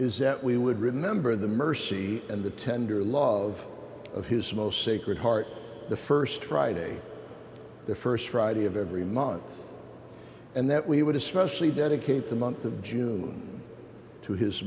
is that we would remember the mercy and the tender love of his most sacred heart the st friday the st friday of every month and that we would especially dedicate the month of june to his